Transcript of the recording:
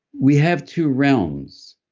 we have two realms,